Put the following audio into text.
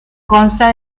consta